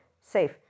safe